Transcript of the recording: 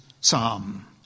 psalm